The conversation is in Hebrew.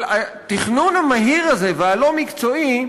אבל התכנון המהיר הזה והלא-מקצועי,